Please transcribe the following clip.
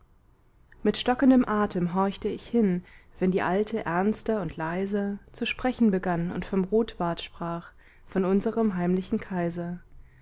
mit stockendem atem horchte ich hin wenn die alte ernster und leiser zu sprechen begann und vom rotbart sprach von unserem heimlichen kaiser